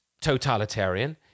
totalitarian